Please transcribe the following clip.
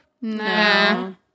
No